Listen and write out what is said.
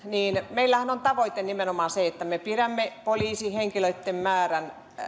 meillähän on tavoite nimenomaan se että me pidämme poliisihenkilöiden määrän